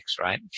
right